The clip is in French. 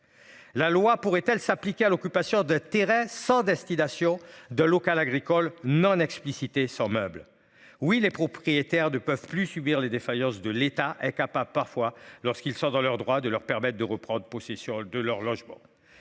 La loi pourrait-elle s'appliquer à l'occupation de terrain sans destination de local agricole non explicitée sans meubles. Oui, les propriétaires de peuvent plus subir les défaillances de l'État est capable parfois lorsqu'ils sont dans leur droit de leur permettent de reprendre possession de leur logement.